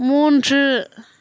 மூன்று